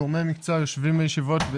גורמי מקצוע יושבים בישיבות,